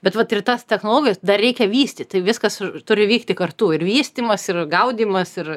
bet vat ir tas technologijas dar reikia vystyt tai viskas turi vykti kartu ir vystymas ir gaudymas ir